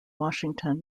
washington